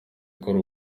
ikora